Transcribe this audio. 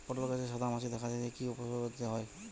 পটল গাছে সাদা মাছি দেখা দিলে কি কি উপসর্গ নিতে হয়?